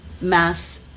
mass